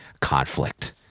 conflict